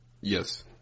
Yes